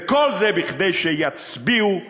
וכל זה כדי שיצביעו לתקציב.